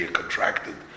contracted